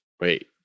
Wait